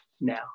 now